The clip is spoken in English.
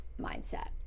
mindset